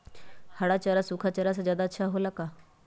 हरा चारा सूखा चारा से का ज्यादा अच्छा हो ला?